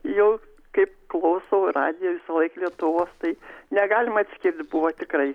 jau kaip klausau radijo visąlaik lietuvos tai negalima atskirt buvo tikrai